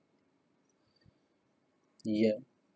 ya